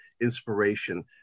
inspiration